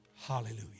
Hallelujah